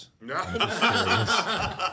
No